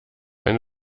eine